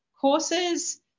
courses